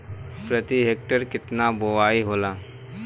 प्रति हेक्टेयर केतना बुआई होला?